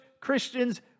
Christians